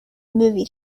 movie